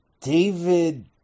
David